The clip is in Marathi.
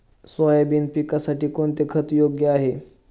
सोयाबीन पिकासाठी कोणते खत योग्य आहे?